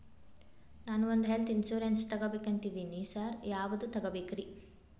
ನಾನ್ ಒಂದ್ health insurance ತಗಬೇಕಂತಿದೇನಿ sir ಯಾವದ ತಗಬೇಕ್ರಿ?